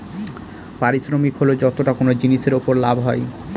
পারিশ্রমিক হল যতটা কোনো জিনিসের উপর লাভ হয়